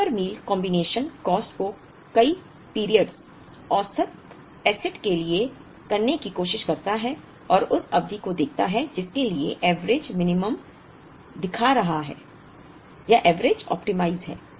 silver meal combination cost को कई periods औसत एसेट के लिए करने की कोशिश करता है और उस अवधि को देखता है जिसके लिए एवरेज मिनिमम मिनिमम दिखा रहा है या एवरेज ऑप्टिमाइज है